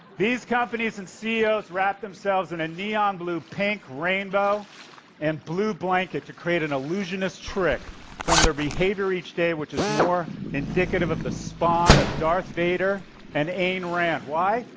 these companies and ceos wrap themselves in a neon-blue pink rainbow and blue blanket to create an illusionist trick from their behavior each day, which is more indicative of the spawn of darth vader and ayn rand. why?